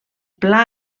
pla